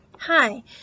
Hi